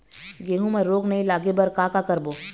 गेहूं म रोग नई लागे बर का का करबो?